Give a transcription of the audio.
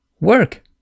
work